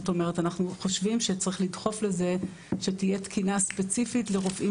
אנחנו חושבים שצריך לדחוף לזה שתהיה תקינה ספציפית לרופאים